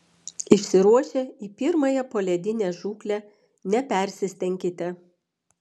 išsiruošę į pirmąją poledinę žūklę nepersistenkite